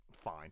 Fine